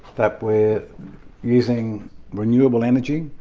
that we're using renewable energy,